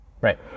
right